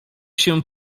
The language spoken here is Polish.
się